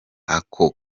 ako